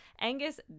Angus